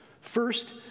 First